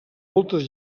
moltes